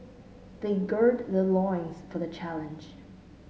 they gird their loins for the challenge